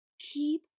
Keep